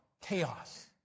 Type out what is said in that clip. chaos